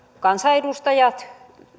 kansanedustajat